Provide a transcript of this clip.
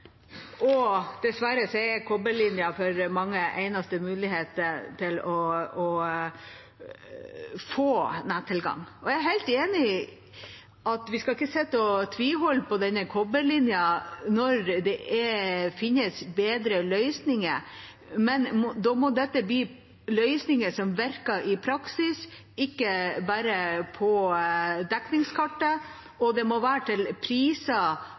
og dessverre er kobberlinjen for mange den eneste muligheten til å få nettilgang. Jeg er helt enig i at vi ikke skal sitte og tviholde på denne kobberlinjen når det finnes bedre løsninger, men da må det være løsninger som virker i praksis – ikke bare på dekningskartet – og det må være til priser